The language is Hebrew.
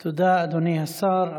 תודה, אדוני השר.